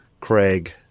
Craig